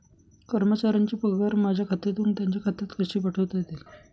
कर्मचाऱ्यांचे पगार माझ्या खात्यातून त्यांच्या खात्यात कसे पाठवता येतील?